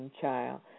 child